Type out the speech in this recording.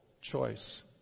choice